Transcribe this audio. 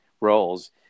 roles